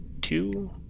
two